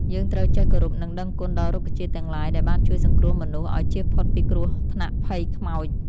យើងត្រូវចេះគោរពនិងដឹងគុណដល់រុក្ខជាតិទាំងឡាយដែលបានជួយសង្គ្រោះមនុស្សឱ្យចៀសផុតពីគ្រោះថ្នាក់ភ័យខ្មោច។